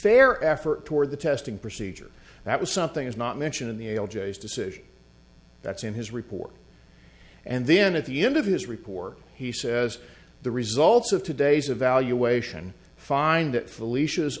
fair effort toward the testing procedure that was something is not mentioned in the decision that's in his report and then at the end of his report he says the results of today's evaluation find that felicia's